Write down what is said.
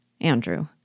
Andrew